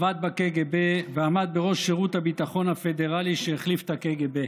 עבד בקג"ב ועמד בראש שירות הביטחון הפדרלי שהחליף את הקג"ב.